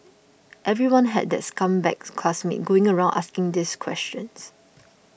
everyone had that scumbag classmate going around asking this questions